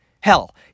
Hell